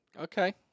Okay